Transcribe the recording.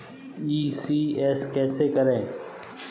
ECS कैसे करें?